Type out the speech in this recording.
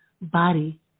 body